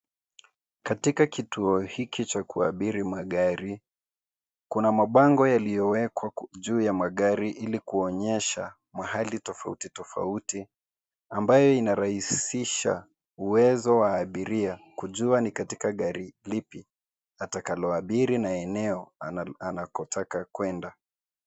Katika kituo hiki cha kuabiri magari, kuna mabango yaliyowekwa juu ya magari ili kuonyesha mahali tofauti tofauti ambaye inarahisisha uwezo wa abiria kujua ni katika gari lipi atakaloabiri na eneo anakotaka kwenda.